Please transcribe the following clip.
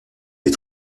les